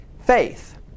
faith